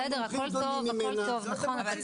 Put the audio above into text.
יש מומחים גדולים ממנה.